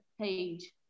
page